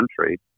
country